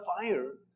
fire